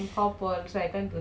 ah no